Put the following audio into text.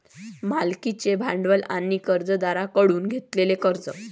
मालकीचे भांडवल आणि कर्जदारांकडून घेतलेले कर्ज